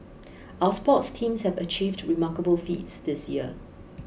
our sports teams have achieved remarkable feats this year